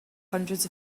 hundreds